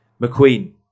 McQueen